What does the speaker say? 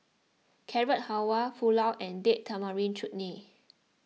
Carrot Halwa Pulao and Date Tamarind Chutney